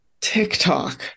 TikTok